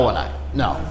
no